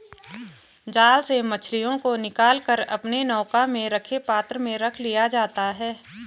जाल से मछलियों को निकाल कर अपने नौका में रखे पात्र में रख लिया जाता है